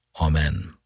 Amen